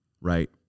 right